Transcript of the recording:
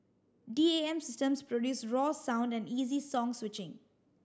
D A M systems produce raw sound and easy song switching